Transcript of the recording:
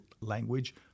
language